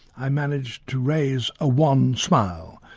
i managed to raise a wan smile.